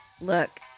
Look